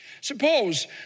Suppose